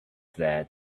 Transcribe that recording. that